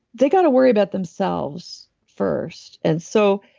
they got to worry about themselves first. and so,